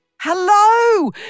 Hello